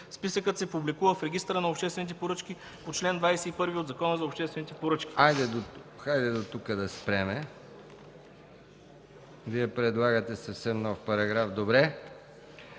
Списъкът се публикува в Регистъра на обществените поръчки по чл. 21 от Закона за обществените поръчки.”